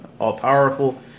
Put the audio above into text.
all-powerful